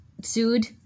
sued